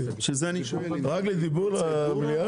רק לדיבור במליאה?